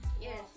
Yes